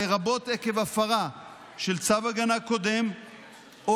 לרבות עקב הפרה של צו הגנה קודם או